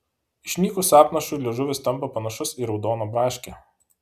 išnykus apnašui liežuvis tampa panašus į raudoną braškę